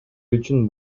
үчүн